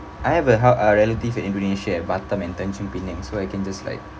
I have a hou~ uh relative in indonesia batam and tanjung pinang so I can just like